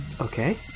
Okay